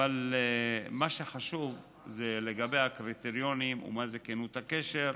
אבל מה שחשוב זה לגבי הקריטריונים ומה זה כנות הקשר,